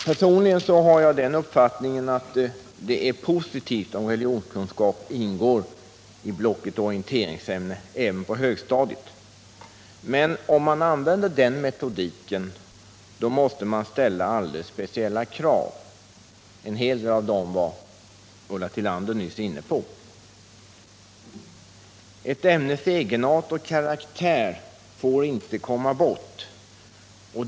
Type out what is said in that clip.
Personligen har jag den uppfattningen att det är positivt om religionskunskap ingår i blocket orienteringsämnen även på högstadiet. Men om man använder den metodiken måste man ställa alldeles speciella krav — en hel del av dem var Ulla Tillander nyss inne på. Ett ämnes egenart och karaktär får inte komma bort.